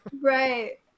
Right